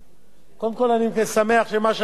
קודם כול, אני שמח במה שהשר אמר,